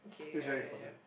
it's very important